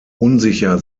unsicher